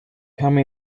come